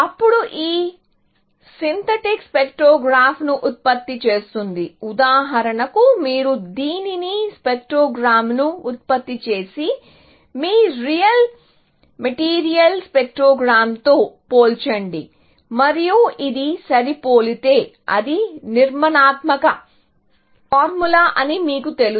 అప్పుడు ఇది సింథటిక్ స్పెక్ట్రోగ్రామ్ను ఉత్పత్తి చేస్తుంది ఉదాహరణకు మీరు దీనిని స్పెక్ట్రోగ్రామ్ను ఉత్పత్తి చేసి మీ రియల్ మెటీరియల్ స్పెక్ట్రోగ్రామ్తో పోల్చండి మరియు ఇది సరిపోలితే అది నిర్మాణాత్మక ఫార్ములా అని మీకు తెలుసు